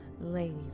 Ladies